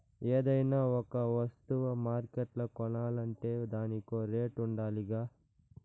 ఏదైనా ఒక వస్తువ మార్కెట్ల కొనాలంటే దానికో రేటుండాలిగా